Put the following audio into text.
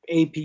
AP